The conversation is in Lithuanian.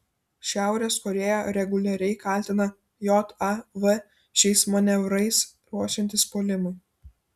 šiaurės korėja reguliariai kaltina jav šiais manevrais ruošiantis puolimui